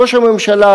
ראש הממשלה,